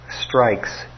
strikes